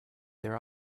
their